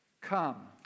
Come